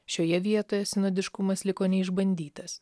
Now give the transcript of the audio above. šioje vietoje sinodiškumas liko neišbandytas